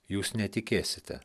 jūs netikėsite